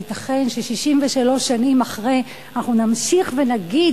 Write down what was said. הייתכן ש-63 שנים אחרי אנחנו נמשיך ונגיד